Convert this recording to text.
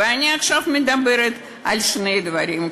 ואני עכשיו מדברת על שני דברים.